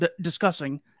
discussing